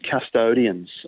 custodians